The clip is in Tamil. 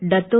டத்தோ